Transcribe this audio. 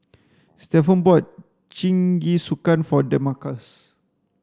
Stevan bought Jingisukan for Demarcus